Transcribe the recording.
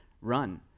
run